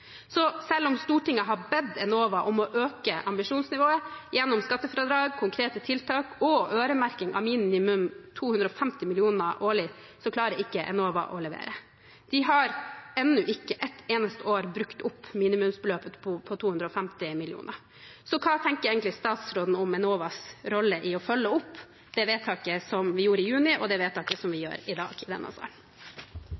Selv om Stortinget har bedt Enova om å øke ambisjonsnivået gjennom skattefradrag, konkrete tiltak og øremerking av minimum 250 mill. kr årlig, klarer ikke Enova å levere. De har ennå ikke et eneste år brukt opp minimumsbeløpet på 250 mill. kr. Så hva tenker egentlig statsråden om Enovas rolle i å følge opp det vedtaket som vi gjorde i juni, og det vedtaket som vi